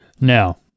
Now